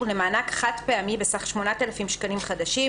למענק חד פעמי בסך 8,000 שקלים חדשים,